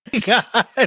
God